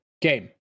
game